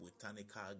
Botanical